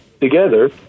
together